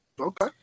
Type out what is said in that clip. Okay